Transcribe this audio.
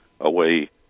away